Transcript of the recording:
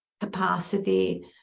capacity